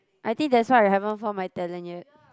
I think that's why I haven't found my talent yet